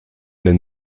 den